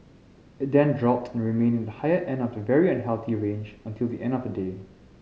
it then dropped and remained in the higher end of the very unhealthy range until the end of the day